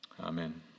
Amen